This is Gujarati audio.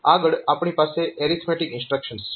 આગળ આપણી પાસે એરિથમેટીક ઇન્સ્ટ્રક્શન્સ છે